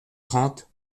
trente